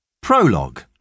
Prologue